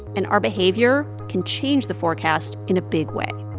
and our behavior can change the forecast in a big way